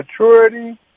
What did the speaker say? maturity